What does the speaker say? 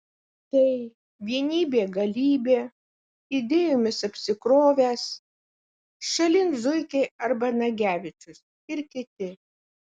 tai vienybė galybė idėjomis apsikrovęs šalin zuikiai arba nagevičius ir kiti